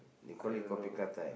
I don't know